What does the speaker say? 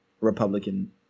Republican